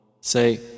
Say